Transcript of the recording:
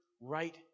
right